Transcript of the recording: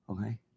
Okay